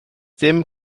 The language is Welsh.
dim